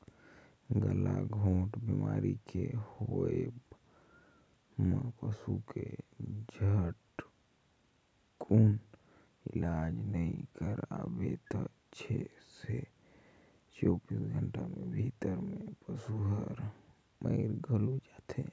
गलाघोंट बेमारी के होवब म पसू के झटकुन इलाज नई कराबे त छै से चौबीस घंटा के भीतरी में पसु हर मइर घलो जाथे